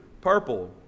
purple